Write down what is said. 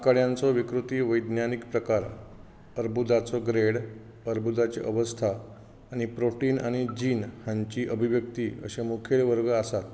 आंतकड्यांचो विकृती विज्ञानीक प्रकार अर्बुदाचो ग्रेड अर्बुदाची अवस्था आनी प्रोटीन आनी जीण हांची अभिव्यक्ती अशे मुखेल वर्ग आसात